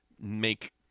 make